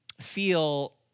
feel